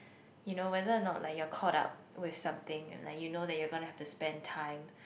you know whether or not like you're caught up with something like you know that you gonna have to spend time